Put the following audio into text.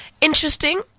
interesting